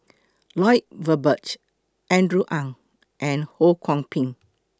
Lloyd Valberg Andrew Ang and Ho Kwon Ping